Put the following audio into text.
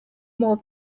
more